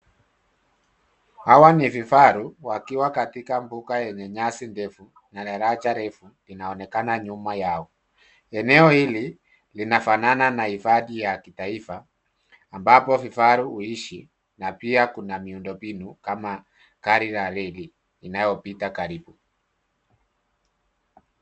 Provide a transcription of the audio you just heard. Hawa ni vifaru wakiwa katika mbuga yenye nyasi ndefu na daraja refu linaonekana nyuma yao. Eneo hili linafanana na hifadhi ya kitaifa, ambapo vifaru huishi na pia kuna miundombinu kama gari la reli inayopita karibu.